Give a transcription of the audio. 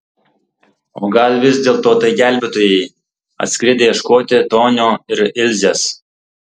o gal vis dėlto tai gelbėtojai atskridę ieškoti tonio ir ilzės